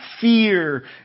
fear